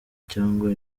cyangwa